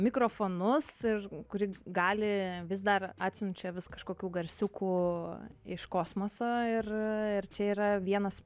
mikrofonus ir kuri gali vis dar atsiunčia vis kažkokių garsiukų iš kosmoso ir ir čia yra vienas